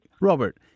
Robert